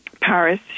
Paris